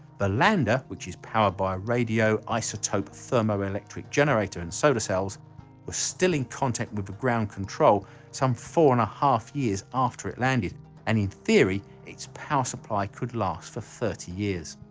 the lander which is powered by radioisotope thermoelectric generator and solar cells was still in contact with the ground control some four and a half years after it landed and in theory its power supply could last for thirty years.